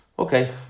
Okay